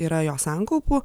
yra jo sankaupų